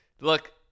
Look